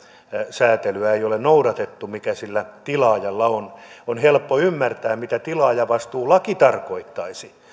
säätelyä ei ole noudatettu mikä sillä tilaajalla on on helppo ymmärtää mitä tilaajavastuulaki tarkoittaisi